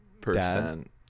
percent